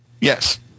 Yes